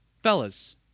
Fellas